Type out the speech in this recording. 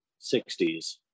60s